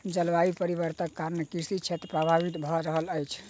जलवायु परिवर्तनक कारणेँ कृषि क्षेत्र प्रभावित भअ रहल अछि